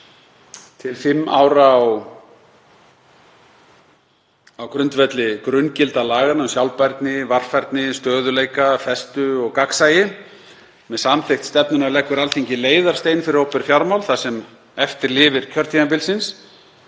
til fimm ára á grundvelli grunngilda laganna um sjálfbærni, varfærni, stöðugleika, festu og gagnsæi. Með samþykkt stefnunnar leggur Alþingi leiðarstein fyrir opinber fjármál það sem eftir lifir kjörtímabilsins.